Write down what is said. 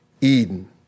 Eden